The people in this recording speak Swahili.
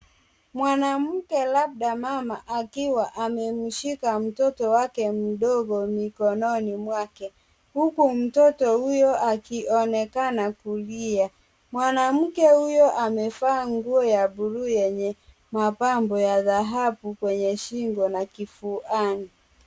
Mwanamke labda mama, akiwa amemshika mtoto wake mdogo mikononi mwake, huku mtoto huyo akionekana kulia. Mwanamke huyo amevaa nguo ya bluu yenye mapambo ya dhahabu kwenye shingo na kifuani.